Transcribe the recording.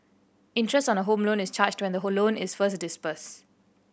interest on a Home Loan is charged when the whole loan is first disburse